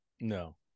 No